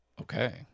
Okay